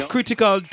Critical